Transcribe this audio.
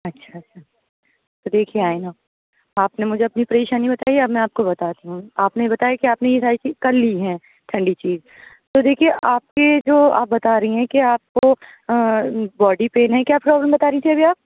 اچھا اچھا تو دیکھیے آئینہ آپ نے مجھے اپنی پریشانی بتائی اب میں آپ کو بتاتی ہوں آپ نے بتایا کہ آپ نے یہ ساری چیز کر لی ہیں ٹھنڈی چیز تو دیکھیے آپ نے جو آپ بتا رہی ہیں کہ آپ کو باڈی پین ہے کیا پرابلم بتا رہی تھیں ابھی آپ